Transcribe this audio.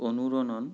অনুৰণন